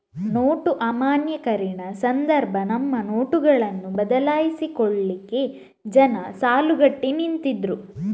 note ಅಮಾನ್ಯೀಕರಣ ಸಂದರ್ಭ ತಮ್ಮ ನೋಟುಗಳನ್ನ ಬದಲಾಯಿಸಿಕೊಳ್ಲಿಕ್ಕೆ ಜನ ಸಾಲುಗಟ್ಟಿ ನಿಂತಿದ್ರು